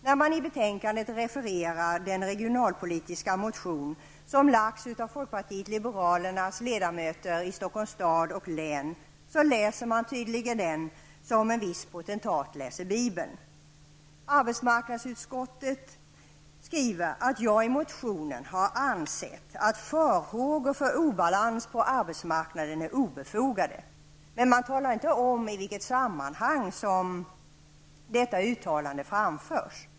När man i betänkandet refererar den regionalpolitiska motion, som lagts av folkpartiet liberalernas ledamöter i Stockholms stad och län, läser man tydligen den som en viss potentat läser Bibeln. Arbetsmarknadsutskottet skriver att folkpartiet i motionen har ansett att farhågor för obalans på arbetsmarknaden är obefogade. Men man talar inte om i vilket sammanhang detta uttalande framförs.